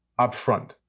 upfront